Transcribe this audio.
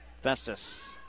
Festus